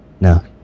no